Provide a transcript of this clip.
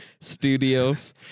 studios